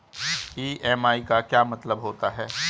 EMI का क्या मतलब होता है?